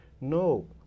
no